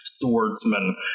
swordsman